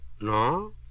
no